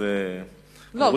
לא.